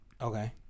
Okay